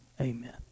Amen